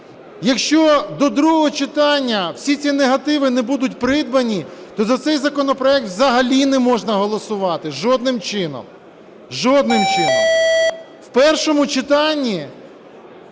Якщо до другого читання всі ці негативи не будуть прибрані, то за цей законопроект взагалі не можна голосувати жодним чином, жодним чином. В першому читанні